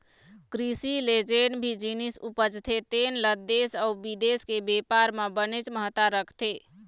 कृषि ले जेन भी जिनिस उपजथे तेन ल देश अउ बिदेश के बेपार म बनेच महत्ता रखथे